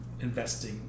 investing